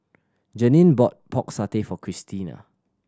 Jeannine bought Pork Satay for Cristina